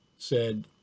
said